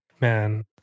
Man